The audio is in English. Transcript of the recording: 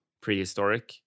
prehistoric